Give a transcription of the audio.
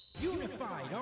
unified